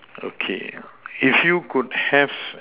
okay if you could have